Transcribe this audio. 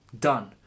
Done